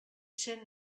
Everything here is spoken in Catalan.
cent